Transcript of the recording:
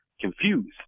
confused